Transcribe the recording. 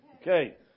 Okay